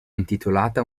intitolata